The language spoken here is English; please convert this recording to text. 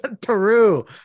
Peru